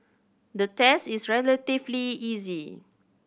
the test is relatively easy